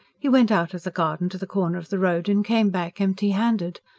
he went out of the garden to the corner of the road and came back empty handed.